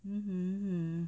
mmhmm mmhmm